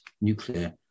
nuclear